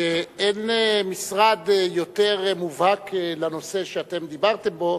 שאין משרד יותר מובהק לנושא שאתם דיברתם בו,